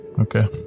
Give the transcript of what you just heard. Okay